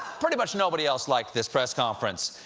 pretty much nobody else liked this press conference.